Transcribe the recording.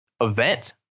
event